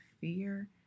fear